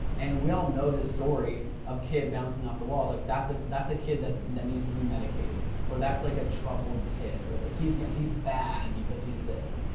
and we all know this story of kid bouncing off the walls. like that's ah that's a kid that that needs to be medicated, or that's like a troubled kid or he's he's bad because he's this.